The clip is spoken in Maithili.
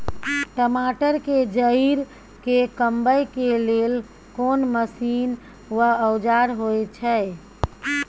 टमाटर के जईर के कमबै के लेल कोन मसीन व औजार होय छै?